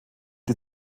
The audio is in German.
die